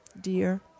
dear